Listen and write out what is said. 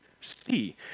see